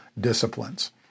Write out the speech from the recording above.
disciplines